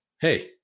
Hey